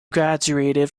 graduated